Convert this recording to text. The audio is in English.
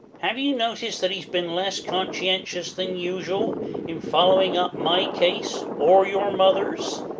have you noticed that he has been less conscientious than usual in following up my case or your mother's?